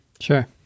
Sure